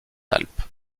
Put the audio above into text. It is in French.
alpes